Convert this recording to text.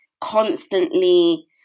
constantly